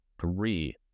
three